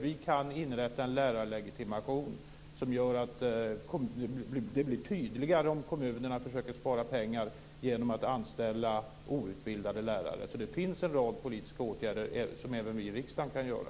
Vi kan inrätta en lärarlegitimation, som gör att det blir tydligare om kommunerna försöker spara pengar genom att anställa outbildade lärare. Det finns alltså en rad politiska åtgärder som även vi i riksdagen kan vidta.